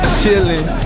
chilling